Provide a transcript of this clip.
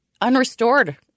Unrestored